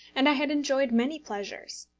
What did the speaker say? and i had enjoyed many pleasures.